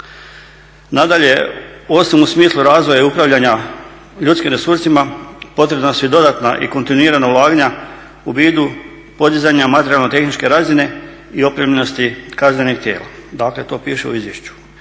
Nadalje, osim u smislu razvoja i upravljanja ljudskim resursima potrebna su i dodatna i kontinuirana ulaganja u vidu podizanja materijalno-tehničke razine i opremljenosti kaznenih tijela. To piše u izvješću.